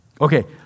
okay